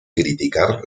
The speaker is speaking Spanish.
criticar